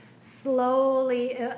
slowly